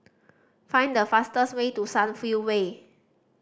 find the fastest way to Sunview Way